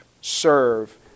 serve